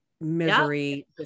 misery